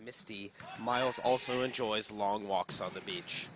misty miles also enjoys long walks on the beach